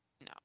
No